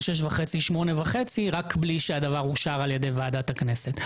שש וחצי ושמונה וחצי בלי שהדבר אושר על ידי ועדת הכנסת.